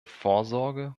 vorsorge